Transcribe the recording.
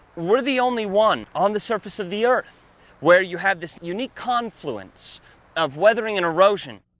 we're the only one on the surface of the earth where you have this unique confluence of weathering and erosion.